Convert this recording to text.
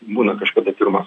būna kažkada pirmas